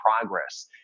progress